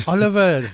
Oliver